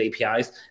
APIs